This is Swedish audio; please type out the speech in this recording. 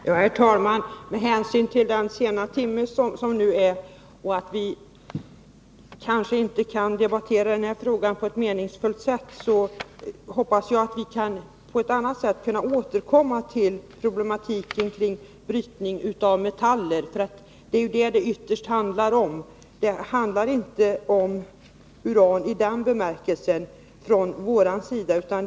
Herr talman! Med hänsyn till den sena timmen kanske vi inte kan debattera denna fråga på ett meningsfullt sätt. Jag hoppas att vi kan återkomma till problematiken kring brytning av metaller, för det är det som det ytterst handlar om. Det handlar från vår sida inte om uran, i den bemärkelsen.